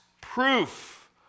proof